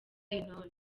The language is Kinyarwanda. intore